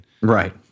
right